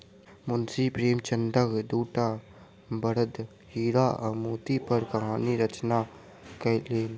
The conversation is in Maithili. मुंशी प्रेमचंदक दूटा बड़द हीरा आ मोती पर कहानी रचना कयलैन